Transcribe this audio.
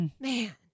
Man